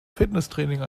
fitnesstraining